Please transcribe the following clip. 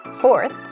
Fourth